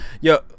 Yo